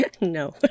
No